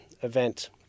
event